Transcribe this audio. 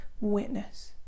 witness